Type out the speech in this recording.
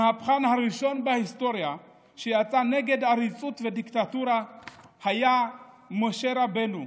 המהפכן הראשון בהיסטוריה שיצא נגד עריצות ודיקטטורה היה משה רבנו.